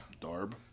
Darb